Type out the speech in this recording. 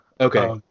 Okay